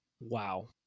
Wow